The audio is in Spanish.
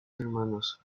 hermanos